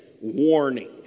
warning